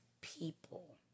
people